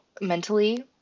mentally